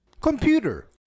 Computer